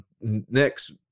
next